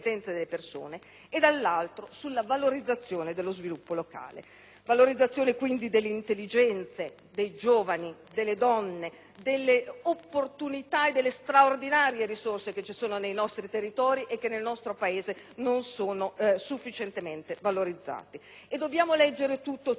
sulla valorizzazione dello sviluppo locale. Parlo di valorizzazione delle intelligenze dei giovani, delle donne, delle opportunità e delle straordinarie risorse che ci sono nei nostri territori e che nel nostro Paese non sono sufficientemente valorizzate. Dobbiamo considerare tutto ciò non come un ragionamento marginale,